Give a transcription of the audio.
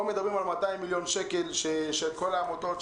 פה מדברים על 200 מיליון שקל לכל העמותות,